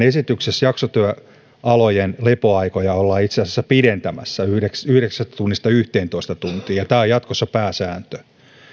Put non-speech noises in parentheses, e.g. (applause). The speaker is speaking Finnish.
(unintelligible) esityksessä jaksotyöalojen lepoaikoja ollaan itse asiassa pidentämässä yhdeksästä yhdeksästä tunnista yhteentoista tuntiin ja tämä on jatkossa pääsääntö